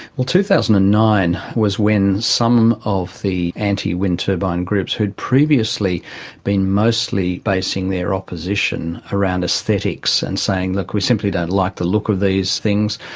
well, two thousand and nine was when some of the anti-wind turbine groups, who'd previously been mostly basing their opposition around aesthetics, and saying, look, we simply don't like the look of these things.